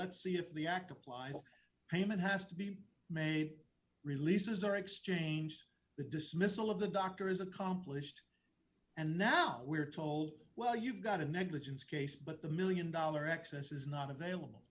let's see if the act applies payment has to be made releases are exchanged the dismissal of the doctor is accomplished and now we're told well you've got a negligence case but the one million dollars excess is not available